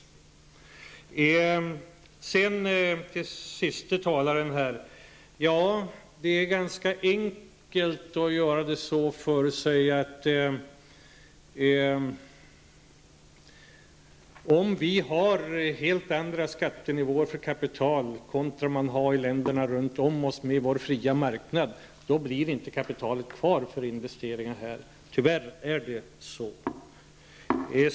Till den siste talaren vill jag säga att om vi i Sverige har helt andra skattenivåer för kapital än man har i länderna runt omkring oss på en fri marknad, kommer inte kapitalet att stanna kvar här för investeringar. Tyvärr fungerar det så.